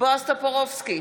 בועז טופורובסקי,